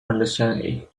understand